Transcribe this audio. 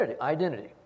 identity